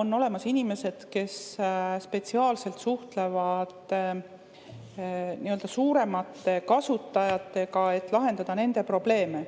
On olemas inimesed, kes spetsiaalselt suhtlevad suuremate kasutajatega, et lahendada nende probleeme.